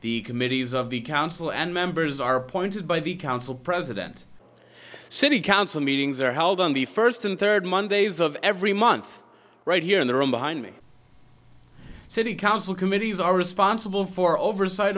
the committees of the council and members are appointed by the council president city council meetings are held on the first and third mondays of every month right here in the room behind me city council committees are responsible for over